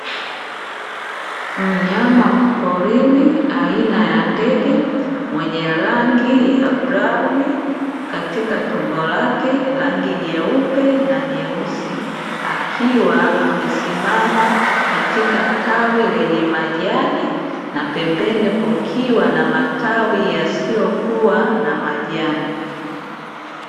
Mnyama wa porini aina ya ndege, mwenye rangi ya kahawia katika tumbo lake, rangi nyeupe na nyeusi, akiwa amesimama katika tawi lenye majani na pembeni kukiwa na matawi yasiyokuwa na majani.